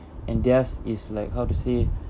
and theirs is like how to say